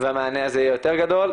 והמענה הזה יהיה יותר גדול.